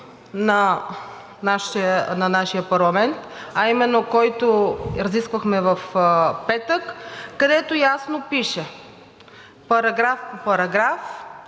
на нашия парламент, а именно, който разисквахме в петък, където ясно пише: „Параграф по параграф